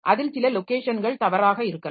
அதில் சில லோக்கேஷன்கள் தவறாக இருக்கலாம்